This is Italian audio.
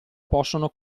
possono